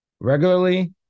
Regularly